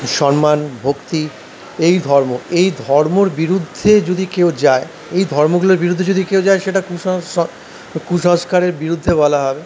সন্মান ভক্তি এই ধর্ম এই ধর্মর বিরুদ্ধে যদি কেউ যায় এই ধর্মগুলোর বিরুদ্ধে যদি কেউ যায় সেটা কুসংস্কারের বিরুদ্ধে বলা হবে